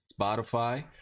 spotify